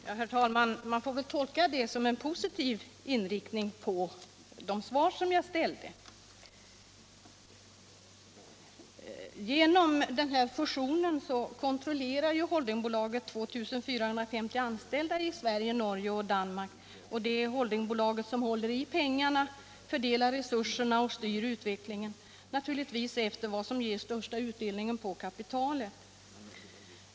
Herr talman! Jag får väl tolka det industriministern nu sade som positiva svar på de frågor jag ställde. Genom den här fusionen kontrollerar holdingbolaget 2450 anställda i Sverige, Norge och Danmark. Det är också holdingbolaget som håller i pengarna, fördelar resurserna och styr utvecklingen, naturligtvis efter vad som ger den största utdelningen på kapitalet.